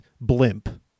blimp